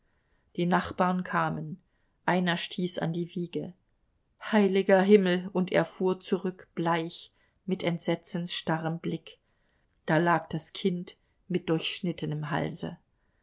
die nachbarn kamen einer stieß an die wiege heiliger himmel und er fuhr zurück bleich mit entsetzensstarrem blick da lag das kind mit durchschnittenem halse